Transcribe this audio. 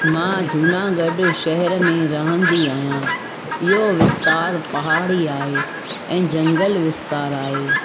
मां जूनागढ़ शहर में रहंदी आहियां इहो विस्तार पहाड़ी आहे ऐं जंगल विस्तार आहे